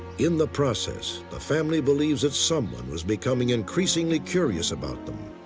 in the process, the family believes that someone was becoming increasingly curious about them.